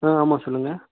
ஆ ஆமாம் சொல்லுங்கள்